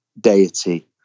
deity